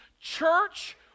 church